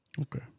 Okay